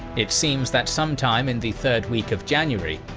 it seems that sometime in the third week of january,